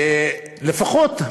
ולפחות,